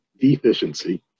deficiency